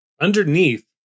underneath